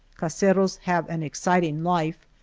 caseros have an exciting life,